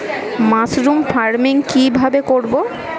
Mushroom farming কি ভাবে করব?